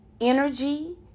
energy